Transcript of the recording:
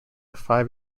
five